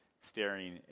staring